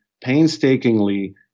painstakingly